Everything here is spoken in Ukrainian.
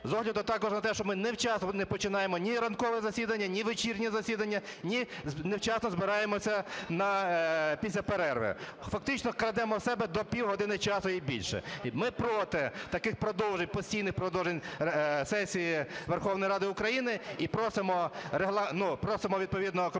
З огляду також на те, що ми вчасно не починаємо ні ранкове засідання, ні вечірнє засідання, невчасно збираємося після перерви, фактично, крадемо в себе до півгодини часу і більше. Ми проти таких продовжень, постійних продовжень сесії Верховної Ради України. І просимо відповідно компетентно